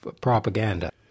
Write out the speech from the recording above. propaganda